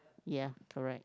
ya correct